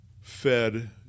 fed